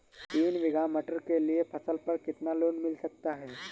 तीन बीघा मटर के लिए फसल पर कितना लोन मिल सकता है?